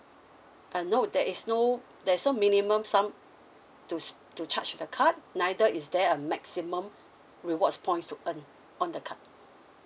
uh no there is no there's so minimum sum to to charge to the card neither is there a maximum rewards points to earn on the card